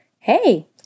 Hey